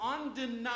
undeniable